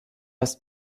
ist